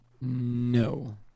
No